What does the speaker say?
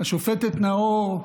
השופטת נאור,